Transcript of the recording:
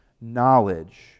knowledge